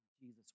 Jesus